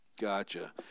gotcha